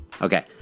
Okay